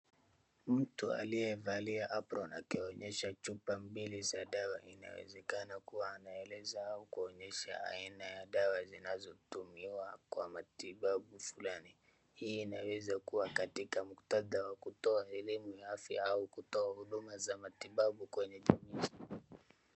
Mtu aliyevalia apron akionyesha chupa mbili za dawa. Inawezekana kuwa anaeleza au kuonyesha aina ya dawa zinazotumiwa kwa matibabu fulani. Hii inaweza kuw katika mkutadha wa kutoa vilimu ya afya au kutoa huduma za matibabu kwenye jamii.